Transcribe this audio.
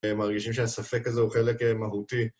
מרגישים שהספק הזה הוא חלק מהותי.